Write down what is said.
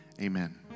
Amen